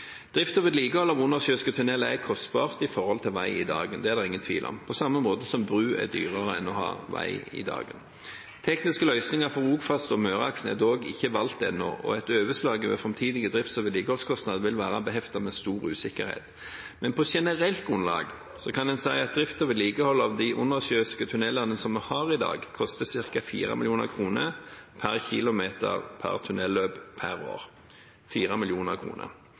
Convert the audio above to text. Drift og vedlikehold av undersjøiske tunneler er kostbart i forhold til vei i dag, det er det ingen tvil om, på samme måte som bru er dyrere enn vei. Tekniske løsninger for Rogfast og Møreaksen er dog ikke valgt ennå, og et overslag over framtidige drifts- og vedlikeholdskostnader vil være beheftet med stor usikkerhet. Men på generelt grunnlag kan en si at drift og vedlikehold av de undersjøiske tunnelene som vi har i dag, koster ca. 4 mill. kr per kilometer per tunnelløp per år.